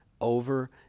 over